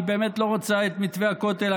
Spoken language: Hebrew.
היא באמת לא רוצה את מתווה הכותל.